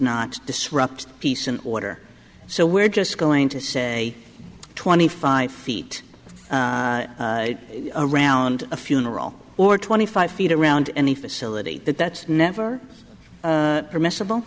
not disrupt peace and order so we're just going to say twenty five feet around a funeral or twenty five feet around any facility that that's never permissible